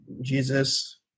Jesus